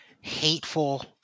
hateful